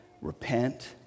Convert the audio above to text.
repent